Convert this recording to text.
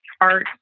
art